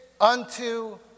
unto